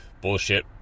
bullshit